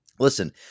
Listen